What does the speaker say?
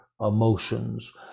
emotions